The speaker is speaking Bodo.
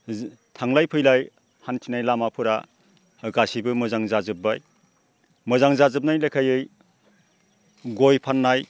थांलाय फैलाय हान्थिनाय लामाफोरा गासैबो मोजां जाजोबबाय मोजां जाजोबनाय लेखायै गय फाननाय